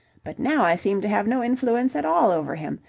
but now i seem to have no influence at all over him.